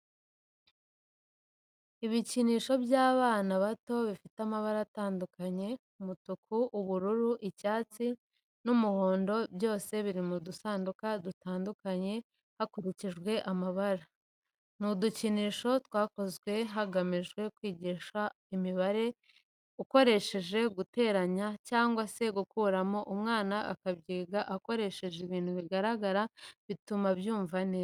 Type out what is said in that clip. Ibikinisho by'abana bato bifite amabara atandukanye umutuku, ubururu, icyatsi n'umuhondo byose biri mu dusanduku dutandukanye hakurikije amabara. Ni udukinisho twakozwe hagamijwe kwigisha imibare ukoresheje guteranya cyangwa se gukuramo umwana akabyiga akoresheje ibintu bigaragara bituma abyumva neza.